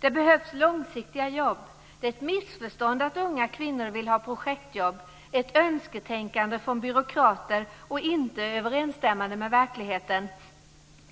Det behövs långsiktiga jobb. Det är ett missförstånd att unga kvinnor vill ha projektjobb, ett önsketänkande från byråkrater och inte överensstämmande med verkligheten.